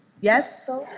Yes